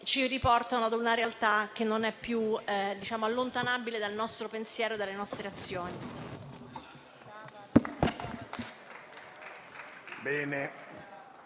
ci riportano ad una realtà che non è più allontanabile dal nostro pensiero e dalle nostre azioni.